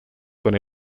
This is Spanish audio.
con